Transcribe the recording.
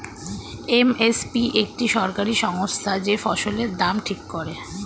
M S P একটি সরকারি সংস্থা যে ফসলের দাম ঠিক করে